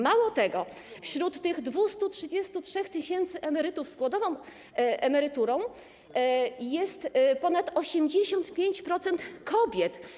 Mało tego, wśród tych 233 tys. emerytów z głodową emeryturą jest ponad 85% kobiet.